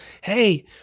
Hey